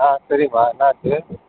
ஆ சரிம்மா என்னாச்சு